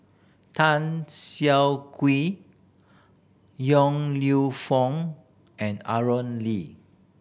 Tan Siah Kwee Yong Lew Foong and Aaron Lee